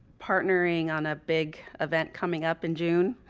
partnering on a big event coming up in june,